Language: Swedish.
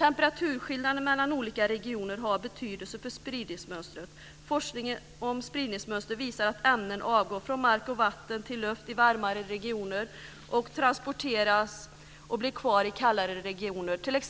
Temperaturskillnaden mellan olika regioner har betydelse för spridningsmönstret. Forskningen om spridningsmönstret visar att ämnen avgår från mark och vatten till luft i varmare regioner och transporteras till varmare regioner och blir kvar där, i t.ex.